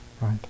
right